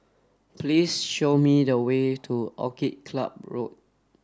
please show me the way to Orchid Club Road